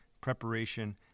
preparation